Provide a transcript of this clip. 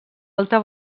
alta